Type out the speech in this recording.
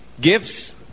gifts